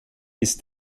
ist